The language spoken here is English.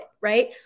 right